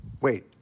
Wait